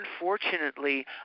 unfortunately